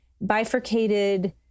bifurcated